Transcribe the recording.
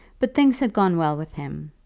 but things had gone well with him.